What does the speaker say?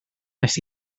nes